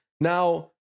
Now